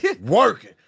working